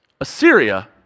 Assyria